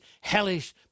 hellish